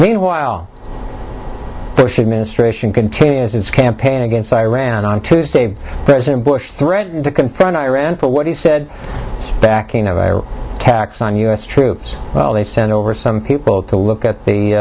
meanwhile bush administration continues its campaign against iran on tuesday president bush threatened to confront iran for what he said backing of air attacks on u s troops well they sent over some people to look at the